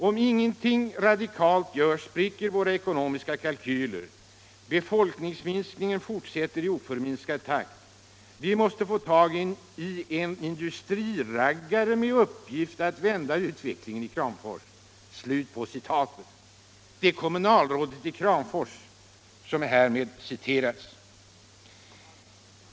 Om ingenting radikalt görs spricker våra ekonomiska kalkyler. Befolkningsminskningen fortsätter i oförminskad takt. Vi måste få tag i en industriraggare med uppgift att vända utvecklingen i Kramfors.” Det är kommunalrådet i Kramfors som härmed citeras.